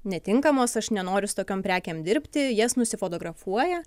netinkamos aš nenoriu su tokiom prekėm dirbti jas nusifotografuoja